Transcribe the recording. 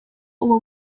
uba